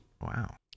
Wow